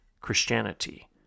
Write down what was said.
Christianity